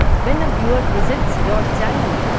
when a viewer visits your channel,